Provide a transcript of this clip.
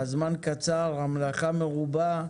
הזמן קצר, המלאכה מרובה,